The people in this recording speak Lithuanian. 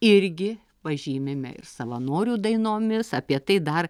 irgi pažymime ir savanorių dainomis apie tai dar